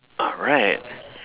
correct